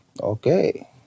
okay